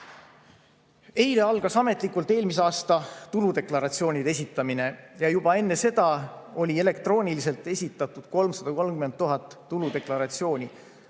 Eile algas ametlikult eelmise aasta tuludeklaratsioonide esitamine, aga juba enne seda oli elektrooniliselt esitatud 330 000 tuludeklaratsiooni.